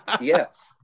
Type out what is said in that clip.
Yes